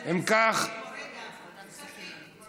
ועדת הכספים.